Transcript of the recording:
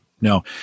No